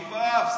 עפעף.